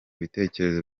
bitekerezo